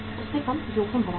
उससे कम जोखिम भरा है